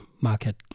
market